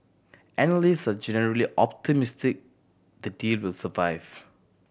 analyst are generally optimistic the deal will survive